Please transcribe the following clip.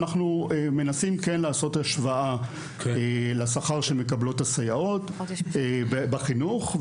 אנחנו כן מנסים לעשות השוואה לשכר שמקבלות הסייעות בחינוך,